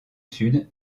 sud